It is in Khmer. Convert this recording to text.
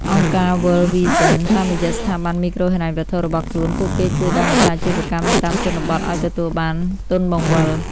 អង្គការ World Vision តាមរយៈស្ថាប័នមីក្រូហិរញ្ញវត្ថុរបស់ខ្លួន ពួកគេជួយដល់ម្ចាស់អាជីវកម្មនៅតាមជនបទឱ្យទទួលបាន "ទុនបង្វិល"។